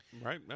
right